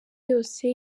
yose